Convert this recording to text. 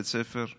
בית הספר ירוץ.